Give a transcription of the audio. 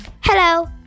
Hello